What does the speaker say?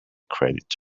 credits